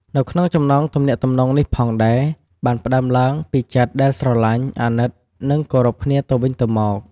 នៅក្នុងចំណងទំនាក់ទំនងនេះផងដែរ បានផ្តើមឡើងពីចិត្តដែលស្រលាញ់ អាណិត និងគោរពគ្នាទៅវិញទៅមក។